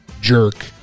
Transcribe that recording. jerk